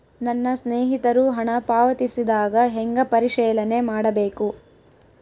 ನನ್ನ ಸ್ನೇಹಿತರು ಹಣ ಪಾವತಿಸಿದಾಗ ಹೆಂಗ ಪರಿಶೇಲನೆ ಮಾಡಬೇಕು?